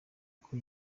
uko